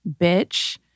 bitch